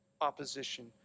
opposition